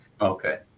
Okay